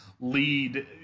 lead